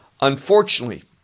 unfortunately